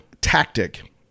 tactic